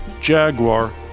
Jaguar